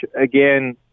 again